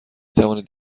توانید